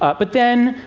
ah but then,